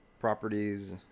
properties